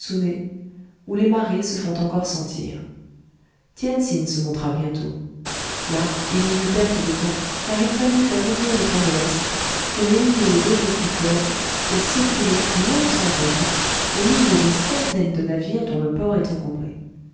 où les marées se font encore sentir tien tsin se montra bientôt là il y eut perte de temps car il fallut faire ouvrir le pont de l'est qui réunit les deux rives du fleuve et circuler non sans peine au milieu des centaines de navires dont le port est encombré